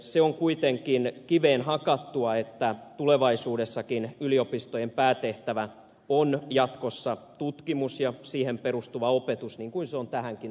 se on kuitenkin kiveen hakattua että tulevaisuudessakin yliopistojen päätehtävä on jatkossa tutkimus ja siihen perustuva opetus niin kuin se on tähänkin asti ollut